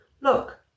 Look